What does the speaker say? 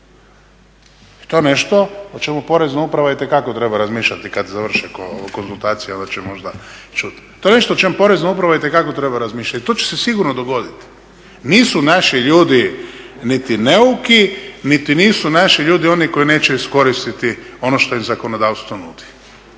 je nešto o čemu porezna uprava itekako treba razmišljati, kad završe konzultacije, onda će možda ćuti. To je nešto o čemu porezna uprava itekako treba razmišljati i to će se sigurno dogoditi. Nisu naši ljudi niti neuki, niti nisu naši ljudi oni koji neće iskoristiti ono što im zakonodavstvo nudi.